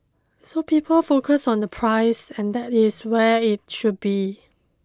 so people focus on the price and that is where it should be